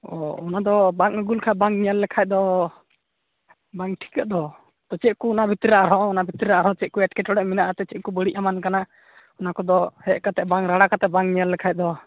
ᱚᱸᱻ ᱚᱱᱟ ᱫᱚ ᱵᱟᱝ ᱟᱹᱜᱩ ᱞᱮᱠᱷᱟᱡ ᱵᱟᱝ ᱧᱮᱞ ᱞᱮᱠᱷᱟᱡ ᱫᱚ ᱵᱟᱝ ᱴᱷᱤᱠᱟᱹᱜ ᱫᱚ ᱪᱮᱫ ᱠᱚ ᱚᱱᱟ ᱵᱷᱤᱛᱟᱹᱨ ᱨᱮ ᱟᱨᱦᱚᱸ ᱚᱱᱟ ᱵᱷᱤᱛᱨᱤ ᱟᱨᱦᱚᱸ ᱪᱮᱫ ᱠᱚ ᱮᱴᱠᱮᱴᱚᱬᱮ ᱢᱮᱱᱟᱜ ᱟᱛᱮ ᱪᱮᱫ ᱠᱚ ᱵᱟᱹᱲᱤᱡ ᱮᱢᱟᱱ ᱟᱠᱟᱱᱟ ᱚᱱᱟ ᱠᱚᱫᱚ ᱦᱮᱡ ᱠᱟᱛᱮ ᱵᱟᱝ ᱨᱟᱲᱟ ᱠᱟᱛᱮ ᱵᱟᱝ ᱧᱮᱞ ᱞᱮᱠᱷᱟᱡ ᱫᱚ